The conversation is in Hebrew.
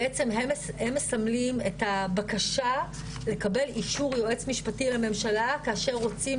בעצם הן מסמלות את הבקשה לקבל אישור יועץ משפטי לממשלה כאשר רוצים